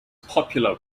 popular